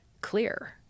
clear